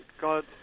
God